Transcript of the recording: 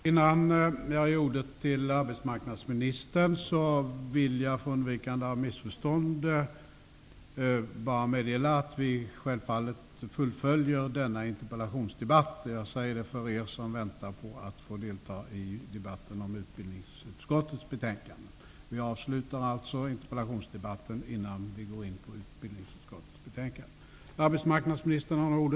Innan jag överlämnar ordet till arbetsmarknadsministern, vill jag för undvikande av missförstånd meddela att denna interpellationsdebatt självfallet fullföljs. Vi avslutar alltså interpellationsdebatten innan vi går in på debatten om utbildningsutskottets betänkande.